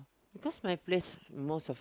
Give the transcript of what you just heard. because my place most of